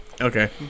Okay